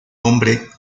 hombre